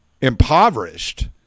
impoverished